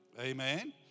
Amen